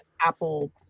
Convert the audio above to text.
Apple